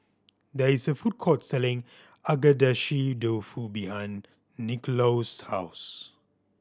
there is a food court selling Agedashi Dofu behind Nicklaus' house